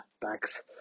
bags